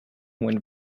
went